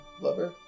lover